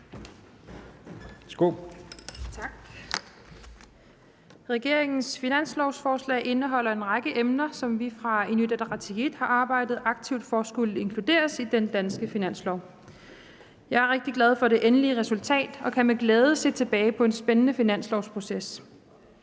Regeringens finanslovforslag indeholder en række emner, som vi fra Inuit Ataqatigiits side har arbejdet aktivt for skulle inkluderes i den danske finanslov. Jeg er rigtig glad for det endelige resultat og kan med glæde se tilbage på en spændende finanslovproces.